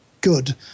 good